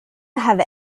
have